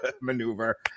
maneuver